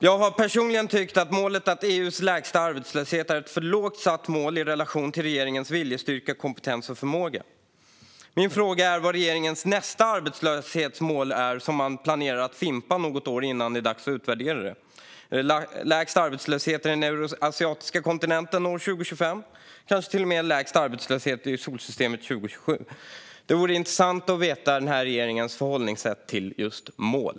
Jag har personligen tyckt att målet om EU:s lägsta arbetslöshet är ett för lågt satt mål i relation till regeringens viljestyrka, kompetens och förmåga. Min fråga är vilket regeringens nästa arbetslöshetsmål är som man planerar att fimpa något år innan det är dags att utvärdera det. Är det lägst arbetslöshet på den euroasiatiska kontinenten år 2025, eller kanske till och med lägst arbetslöshet i solsystemet 2027? Det vore intressant att veta den här regeringens förhållningssätt till mål.